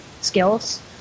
skills